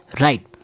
right